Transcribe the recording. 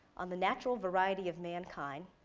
on the natural variety of mankind,